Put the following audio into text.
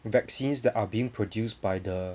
the vaccines that are being produced by the